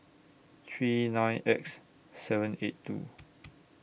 three nine X seven eight two